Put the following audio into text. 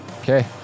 Okay